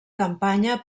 campanya